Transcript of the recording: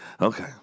Okay